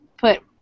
put